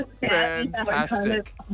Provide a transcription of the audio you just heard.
fantastic